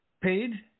paid